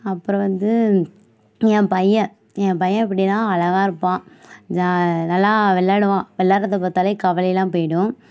அப்றம் வந்து என் பையன் என் பையன் எப்படின்னா அழகாயிருப்பான் ஜா நல்லா விளாடுவான் விளாட்றத பார்த்தாலே கவலையெல்லாம் போய்டும்